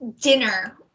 dinner